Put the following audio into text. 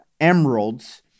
emeralds